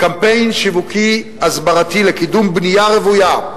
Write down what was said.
קמפיין שיווקי-הסברתי לקידום בנייה רוויה.